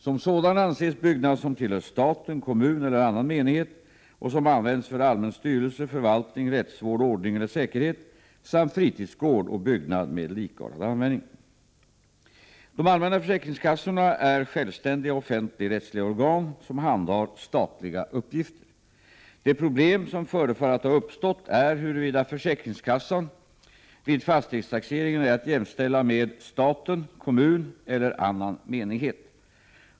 Som sådan anses byggnad som tillhör staten, kommun eller annan menighet och som används för allmän styrelse, förvaltning, rättsvård, ordning eller säkerhet samt fritidsgård och byggnad med likartad användning. De allmänna försäkringskassorna är självständiga offentligrättsliga organ som handhar statliga uppgifter. Det problem som förefaller att ha uppstått är huruvida försäkringskassan vid fastighetstaxeringen är att jämställa med ”staten, kommun eller annan menighet”.